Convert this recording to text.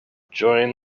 join